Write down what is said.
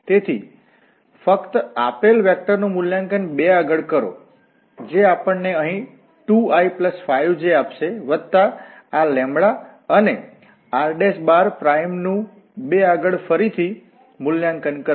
તેથી ફક્ત આપેલ વેક્ટરનું મૂલ્યાંકન 2 આગળ કરો જે આપણને અહીં 2i5j આપશે વત્તા આ λ અને આ r પ્રાઇમનું 2 આગળ ફરીથી મૂલ્યાંકન કરશે